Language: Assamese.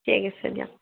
ঠিক আছে দিয়ক